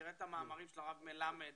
תראה את המעמקים של הרב מלמד